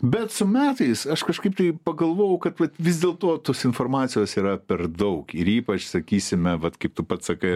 bet su metais aš kažkaip tai pagalvojau kad vat vis dėlto tos informacijos yra per daug ir ypač sakysime vat kaip tu pats sakai